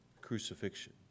crucifixion